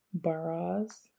Baraz